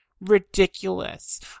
ridiculous